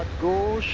go